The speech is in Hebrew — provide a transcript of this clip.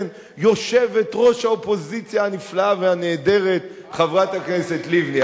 יושבת-ראש האופוזיציה הנפלאה והנהדרת חברת הכנסת לבני.